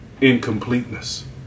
incompleteness